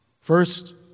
First